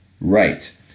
Right